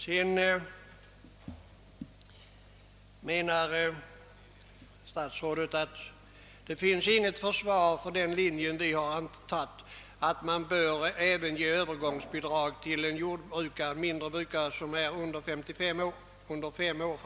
Sedan menar statsrådet att det inte finns något försvar för vår linje att man under fem år framöver bör ge övergångsbidrag även till mindre jordbrukare som är under 55 år.